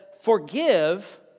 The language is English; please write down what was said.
forgive